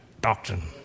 doctrine